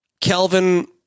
Kelvin